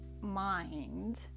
mind